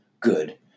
good